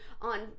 on